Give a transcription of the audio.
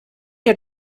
dir